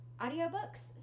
audiobooks